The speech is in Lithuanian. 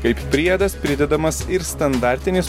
kaip priedas pridedamas ir standartinis